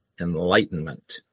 enlightenment